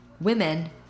women